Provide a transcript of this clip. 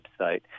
website